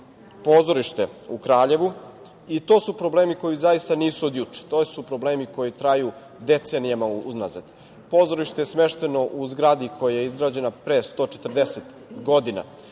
pozorište u Kraljevu. To su problemi koji zaista nisu od juče. To su problemi koji traju decenijama unazad. Pozorište je smešteno u zgradi koja je izgrađena pre 140 godina,